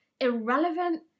irrelevant